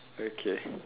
okay